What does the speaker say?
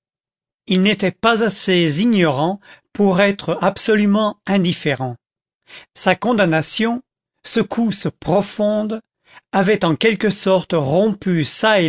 il n'était pas assez ignorant pour être absolument indifférent sa condamnation secousse profonde avait en quelque sorte rompu